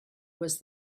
was